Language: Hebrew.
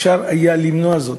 אפשר היה למנוע זאת.